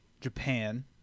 japan